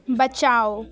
बचाओ